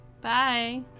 Bye